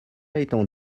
étant